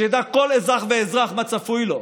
שידע כל אזרח ואזרח מה צפוי לו,